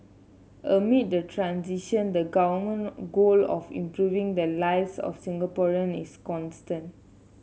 amid the transition the government goal of improving the lives of Singaporean is constant